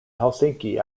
helsinki